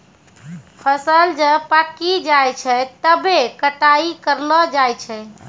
फसल जब पाक्की जाय छै तबै कटाई करलो जाय छै